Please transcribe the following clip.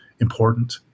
important